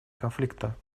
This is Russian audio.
конфликта